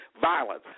violence